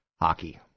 Hockey